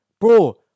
Bro